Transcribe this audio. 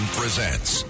presents